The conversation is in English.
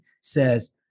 says